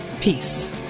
Peace